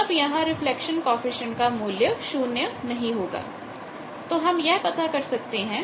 तब यहां reflection coefficient का मूल्य 0 नहीं होगा तो हम यह पता कर सकते हैं